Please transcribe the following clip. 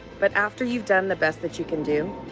but after you've done the best that you can do,